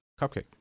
Cupcake